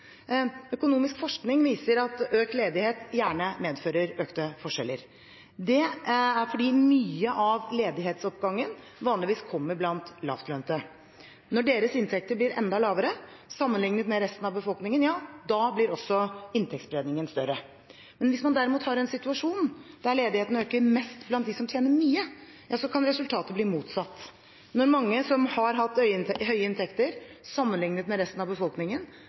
Økonomisk forskning viser at økt ledighet gjerne medfører økte forskjeller. Det er fordi mye av ledighetsoppgangen vanligvis kommer blant lavtlønte. Når deres inntekter blir enda lavere sammenlignet med resten av befolkningen, blir også inntektsspredningen større. Hvis man derimot har en situasjon der ledigheten øker mest blant dem som tjener mye, kan resultatet bli motsatt. Når mange som har hatt høye inntekter sammenlignet med resten av befolkningen,